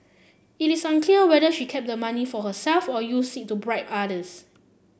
it is unclear whether she kept the money for herself or used it to bribe others